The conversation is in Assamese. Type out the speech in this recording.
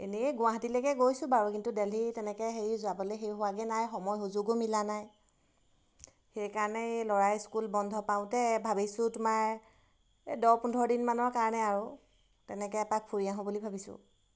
এনেই গুৱাহাটীলৈকে গৈছোঁ বাৰু কিন্তু দেলহি তেনেকৈ হেৰি যাবলৈ হেৰি হোৱাগৈ নাই সময় সুযোগো মিলা নাই সেইকাৰণে এই ল'ৰাৰ স্কুল বন্ধ পাওঁতে ভাবিছোঁ তোমাৰ এই দহ পোন্ধৰ দিনমানৰ কাৰণে আৰু তেনেকৈ এপাক ফুৰি আহোঁ বুলি ভাবিছোঁ